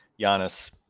Giannis